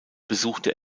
besuchte